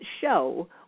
show